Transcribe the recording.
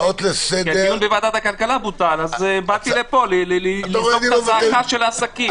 הדיון בוועדת הכלכלה בוטל אז באתי לפה לזעקת העסקים.